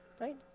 right